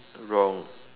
wrong